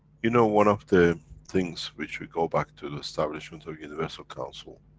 you know, one of the things which we go back to the establishment of universal council,